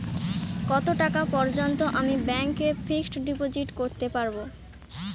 কত টাকা পর্যন্ত আমি ব্যাংক এ ফিক্সড ডিপোজিট করতে পারবো?